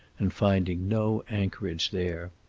and finding no anchorage there.